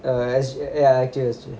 err S_G ya active S_G